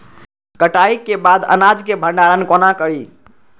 कटाई के बाद अनाज के भंडारण कोना करी?